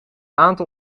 aantal